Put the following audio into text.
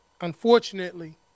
unfortunately